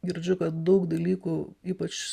girdžiu kad daug dalykų ypač